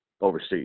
overseas